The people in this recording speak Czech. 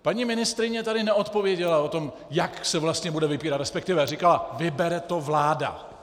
Paní ministryně tady neodpověděla na to, jak se vlastně bude vybírat, respektive říkala: Vybere to vláda.